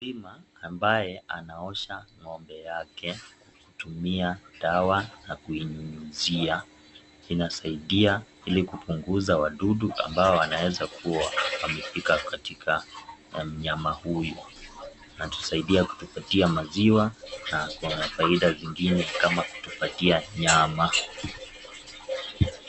Mkulima ambaye anaosha ng'ombe yake kutumia dawana kuinyunyizia, inasaidia Ili kupangusa wadudu ambao wanaeza kuwa katika mnyama huyu. Anatusaidia kutupatia maziwa na faida zingine kama kutupatia nyama.